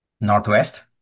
northwest